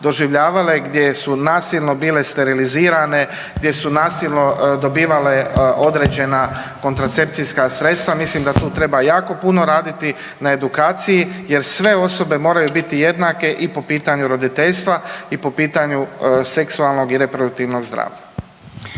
doživljavale gdje su nasilno bile sterilizirane, gdje su nasilno dobivale određena kontracepcijska sredstava, mislim da tu treba jako puno raditi na edukaciji jer sve osobe moraju biti jednake i po pitanju roditeljstva i po pitanju seksualnog i reproduktivnog zdravlja.